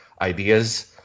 ideas